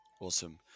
Awesome